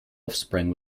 offspring